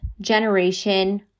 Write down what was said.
generation